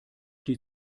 die